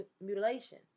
mutilation